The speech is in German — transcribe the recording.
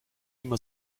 immer